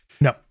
No